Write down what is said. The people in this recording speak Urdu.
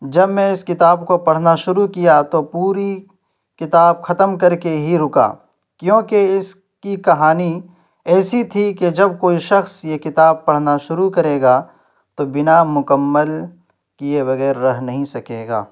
جب میں اس کتاب کو پڑھنا شروع کیا تو پوری کتاب ختم کر کے ہی رکا کیونکہ اس کی کہانی ایسی تھی کہ جب کوئی شخص یہ کتاب پڑھنا شروع کرے گا تو بنا مکمل کئے بغیر رہ نہیں سکے گا